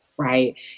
Right